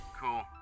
Cool